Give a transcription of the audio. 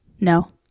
No